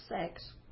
sex